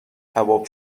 کباب